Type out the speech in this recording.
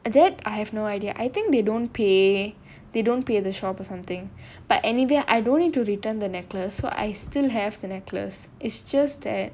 that I have no idea I think they don't pay they don't pay the shop or something but anyway I don't need to return the necklace so I still have the necklace it's just that